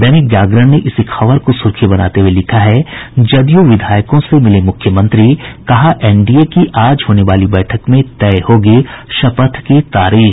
दैनिक जागरण ने इसी खबर को सुर्खी बनाते हुए लिखा है जदयू विधायकों से मिले मुख्यमंत्री कहा एनडीए की आज होने वाली बैठक में तय होगी शपथ की तारीख